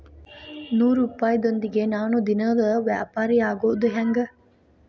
ನೂರುಪಾಯದೊಂದಿಗೆ ನಾನು ದಿನದ ವ್ಯಾಪಾರಿಯಾಗೊದ ಹೆಂಗ?